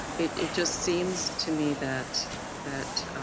it just seems to me that that